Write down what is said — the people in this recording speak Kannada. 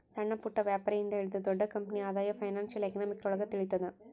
ಸಣ್ಣಪುಟ್ಟ ವ್ಯಾಪಾರಿ ಇಂದ ಹಿಡಿದು ದೊಡ್ಡ ಕಂಪನಿ ಆದಾಯ ಫೈನಾನ್ಶಿಯಲ್ ಎಕನಾಮಿಕ್ರೊಳಗ ತಿಳಿತದ